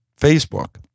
Facebook